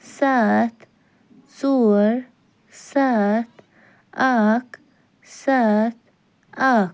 سَتھ ژور سَتھ اکھ سَتھ اکھ